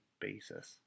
basis